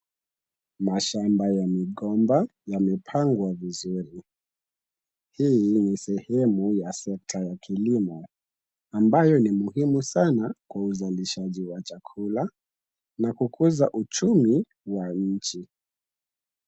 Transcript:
Mashamba ya migomba yamepangwa vizuri. Hii ni sehemu ya sekta ya kilimo ambayo ni muhimu sana kwa uzalishaji wa chakula na kukuza uchumi wa nchi.